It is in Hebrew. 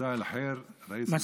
מסא אל-ח'יר, ראיס